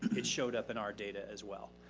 it showed up in our data as well.